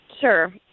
sure